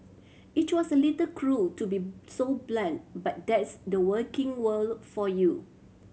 it was a little cruel to be so blunt but that's the working world for you